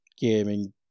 gaming